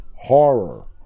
horror